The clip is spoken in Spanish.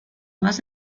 más